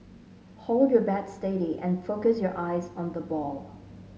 hold your bat steady and focus your eyes on the ball